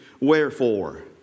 Wherefore